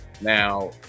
now